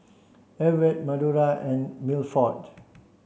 Everet Madora and Milford